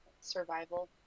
survival